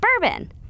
bourbon